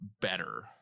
better